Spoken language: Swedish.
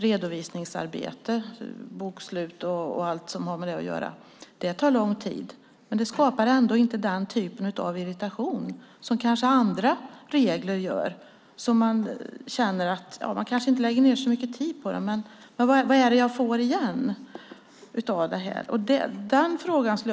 Redovisningsarbete, bokslut och så vidare tar lång tid men skapar ändå inte den typ av irritation som andra regler kanske gör. Där kanske man inte lägger ned så mycket tid, men man tycker inte att man får något igen av det arbete man lägger ned.